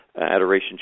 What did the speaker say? Adoration